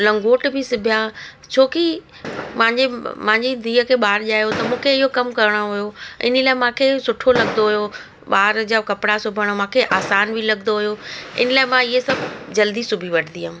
लंगोट बि सुभिया छोकी मुंहिंजे मुंहिंजी धीउ खे ॿारु ॼायो त मूंखे इहो कमु करिणो हुओ इन लाइ मूंखे सुठो लॻंदो हुओ ॿार जा कपिड़ा सिबण मूंखे आसान बि लॻंदो हुओ इन लाइ मां इहे सभु जल्दी सिबी वठंदी हुअमि